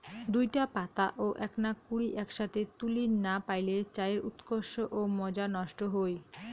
দুইটা পাতা ও এ্যাকনা কুড়ি এ্যাকসথে তুলির না পাইলে চায়ের উৎকর্ষ ও মজা নষ্ট হই